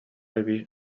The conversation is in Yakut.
эбии